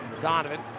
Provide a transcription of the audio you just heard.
Donovan